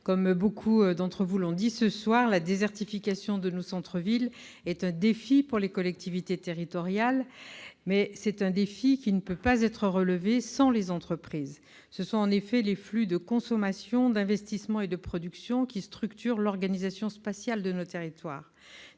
Comme beaucoup d'entre vous l'ont dit ce soir, la désertification de nos centres-villes est un défi pour les collectivités territoriales, mais c'est un défi qui ne peut être relevé sans les entreprises. Ce sont en effet les flux de consommation, d'investissement et de production qui structurent l'organisation spatiale de notre territoire.